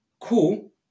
cool